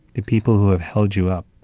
the people who have held you up,